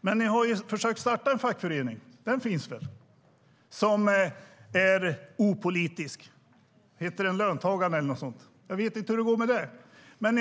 Ni har försökt starta en fackförening som är opolitisk. Den heter Löntagarna, eller något sådant, men jag vet inte hur det går med den.